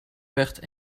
werd